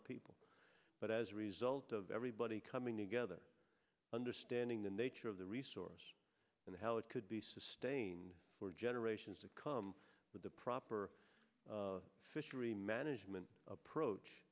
of people but as a result of everybody coming together understanding the nature of the resource and how it could be sustained for generations to come with the proper fishery management approach